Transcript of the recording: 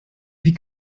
kann